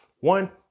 One